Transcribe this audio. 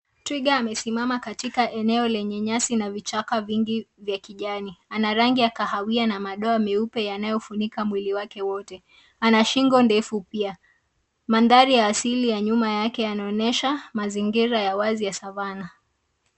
Twiga amesimama katika eneo lenye nyasi na vichaka vingi vya kijani. Ana rangi ya kahawia na madoa meupe yanayofunika mwili wake wote. Ana shingo ndefu pia. Mandhari ya asili ya nyuma yake yanaonyesha mazingira ya wazi ya savannah.